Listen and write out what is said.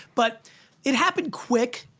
but it happened quick,